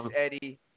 Eddie